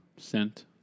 Sent